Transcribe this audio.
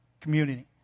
community